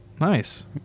Nice